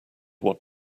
what